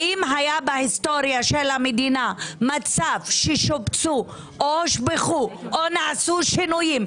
האם היה בהיסטוריה של המדינה מצב ששופצו או הושבחו או נעשו שינויים,